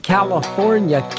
California